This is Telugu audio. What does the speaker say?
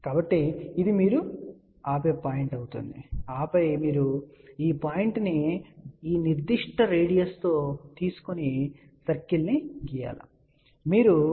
కాబట్టి ఇది మీరు ఆపే పాయింట్ అవుతుంది ఆపై మీరు ఈ పాయింట్ను ఈ నిర్దిష్ట రేడియస్ తో తీసుకొని సర్కిల్ గీయండి